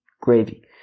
gravy